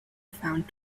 found